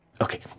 okay